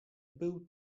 był